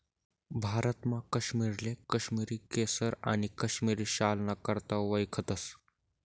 भारतमा काश्मीरले काश्मिरी केसर आणि काश्मिरी शालना करता वयखतस